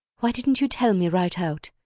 why didn't you tell me right out?